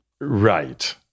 Right